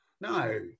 No